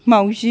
माउजि